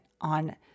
on